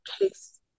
case